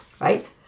Right